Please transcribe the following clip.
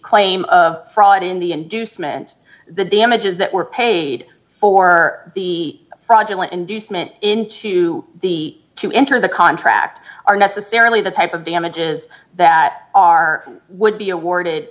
claim of fraud in the inducement the damages that were paid for the fraudulent inducement into the to enter the contract are necessarily the type of damages that are would be awarded